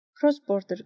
Cross-border